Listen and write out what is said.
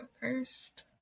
first